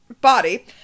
body